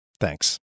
Thanks